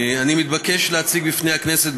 אני מתבקש להציג בפני הכנסת,